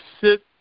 sit